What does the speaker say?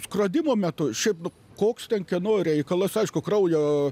skrodimo metu šiaip nu koks ten kieno reikalas aišku kraujo